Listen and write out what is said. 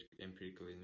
empirical